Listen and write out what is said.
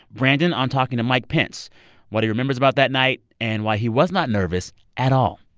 brandon on talking to mike pence what he remembers about that night, and why he was not nervous at all.